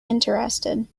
interested